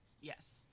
Yes